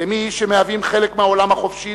כמי שמהווים חלק מהעולם החופשי,